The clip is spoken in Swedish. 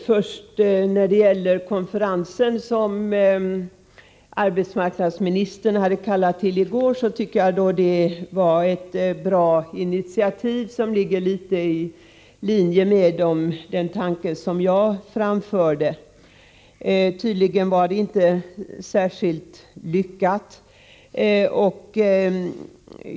Herr talman! Den konferens i går som arbetsmarknadsministern hade kallat till tycker jag var ett bra initiativ. Det ligger i linje med den tanke som jag har framfört. Tydligen var konferensen inte särskilt lyckad.